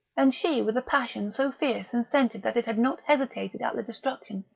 and she with a passion so fierce and centred that it had not hesitated at the destruction,